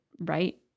right